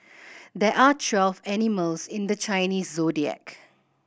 there are twelve animals in the Chinese Zodiac